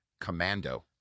Commando